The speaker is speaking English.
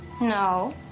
no